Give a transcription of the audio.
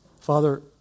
Father